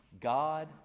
God